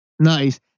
Nice